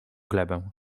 glebę